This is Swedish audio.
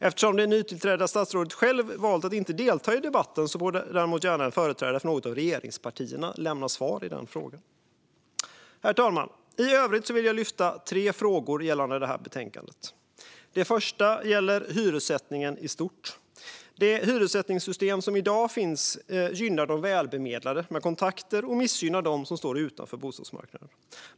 Eftersom det nytillträdda statsrådet valt att inte delta i debatten borde däremot någon företrädare från något av regeringspartierna lämna svar i frågan. Herr talman! I övrigt vill jag lyfta fram tre frågor gällande betänkandet. Den första gäller hyressättningen i stort. Det hyressättningssystem som i dag finns gynnar de välbemedlade med kontakter och missgynnar dem som står utanför bostadsmarknaden.